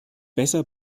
besser